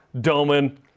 Doman